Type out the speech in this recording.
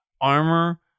armor